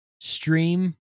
stream